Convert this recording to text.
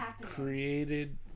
created